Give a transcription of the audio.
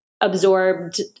absorbed